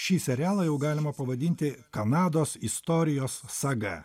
šį serialą jau galima pavadinti kanados istorijos saga